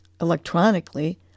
electronically